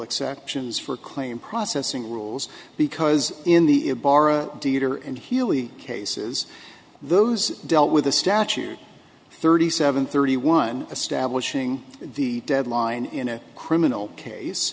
exceptions for claim processing rules because in the ibarra dieter and healy cases those dealt with the statute thirty seven thirty one establishing the deadline in a criminal case